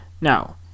now